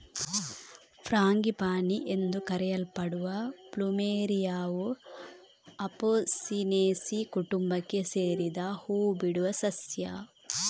frangipani ಎಂದು ಕರೆಯಲ್ಪಡುವ ಪ್ಲುಮೆರಿಯಾವು ಅಪೊಸಿನೇಸಿ ಕುಟುಂಬಕ್ಕೆ ಸೇರಿದ ಹೂ ಬಿಡುವ ಸಸ್ಯ